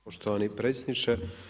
Poštovani predsjedniče.